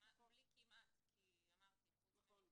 בלי כמעט כי אמרתי, חוץ ממקרים של -- נכון.